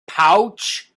pouch